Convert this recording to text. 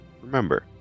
Remember